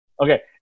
Okay